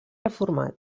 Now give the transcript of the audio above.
reformat